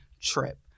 trip